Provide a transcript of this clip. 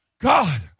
God